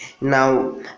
now